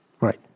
Right